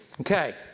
Okay